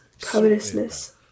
covetousness